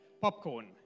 Popcorn